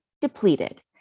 depleted